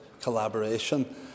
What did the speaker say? collaboration